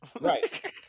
Right